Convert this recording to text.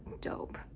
dope